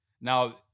Now